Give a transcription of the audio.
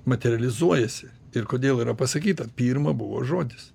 materializuojasi ir kodėl yra pasakyta pirma buvo žodis